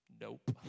Nope